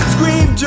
Scream